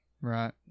Right